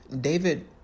David